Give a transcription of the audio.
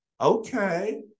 Okay